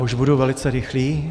Už budu velice rychlý.